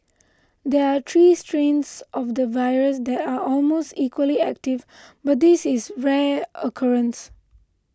there are three strains of the virus that are almost equally active and this is a rare occurrence